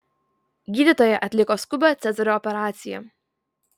gydytojai atliko skubią cezario operaciją